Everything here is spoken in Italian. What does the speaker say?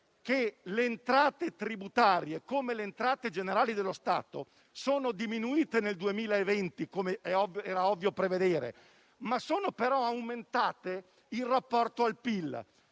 perché le entrate tributarie, come le entrate generali dello Stato, sono diminuite nel 2020, come era ovvio prevedere, ma sono però aumentate in rapporto al PIL.